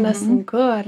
nesunku ar